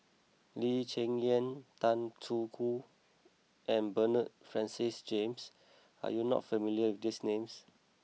Lee Cheng Yan Tan Choo Kai and Bernard Francis James are you not familiar with these names